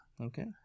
Okay